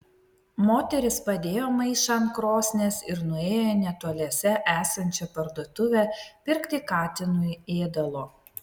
moteris padėjo maišą ant krosnies ir nuėjo į netoliese esančią parduotuvę pirkti katinui ėdalo